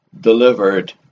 delivered